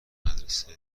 مدرسه